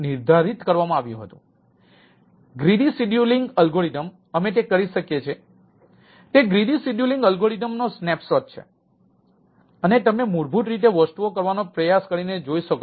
તેથી multi core node મૂકો